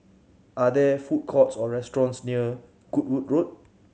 are there food courts or restaurants near Goodwood Road